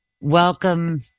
welcome